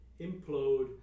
implode